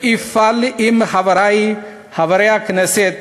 ואפעל עם חברי חברי הכנסת